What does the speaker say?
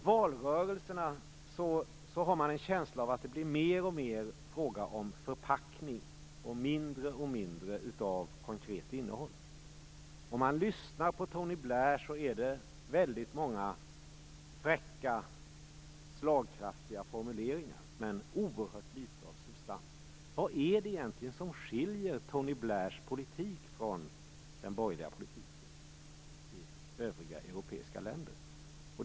Man får en känsla av att det mer och mer blir fråga om förpackning och mindre och mindre om konkret innehåll i valrörelserna. När man lyssnar på Tony Blair upptäcker man väldigt många fräcka slagkraftiga formuleringar men oerhört litet av substans. Vad är det egentligen som skiljer Tony Blairs politik från den borgerliga politiken i övriga europeiska länder?